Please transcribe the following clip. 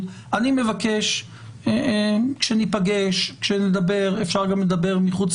אני רוצה לומר מה אני לוקח מהדיון ומה אני רוצה לבקש מכם לשקול,